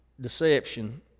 deception